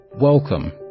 Welcome